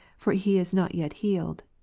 for he is not yet healed.